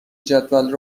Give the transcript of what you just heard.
جدول